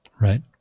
Right